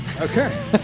Okay